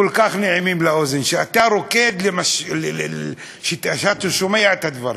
כל כך נעימים לאוזן שאתה רוקד כשאתה שומע את הדברים.